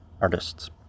artists